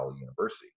University